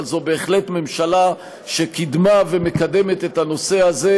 אבל זאת בהחלט ממשלה שקידמה ומקדמת את הנושא הזה,